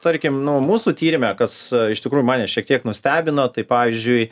tarkim nu mūsų tyrime kas iš tikrųjų mane šiek tiek nustebino tai pavyzdžiui